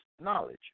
knowledge